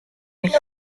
nicht